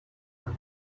نازش